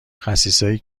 خسیسایی